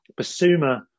Basuma